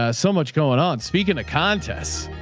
ah so much going on, speaking to contest,